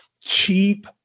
cheap